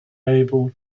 able